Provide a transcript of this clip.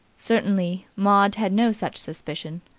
certainly maud had no such suspicion.